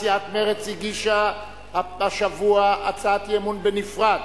סיעת מרצ הגישה השבוע הצעת אי-אמון בנפרד,